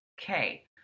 Okay